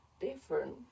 different